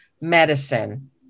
medicine